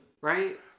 Right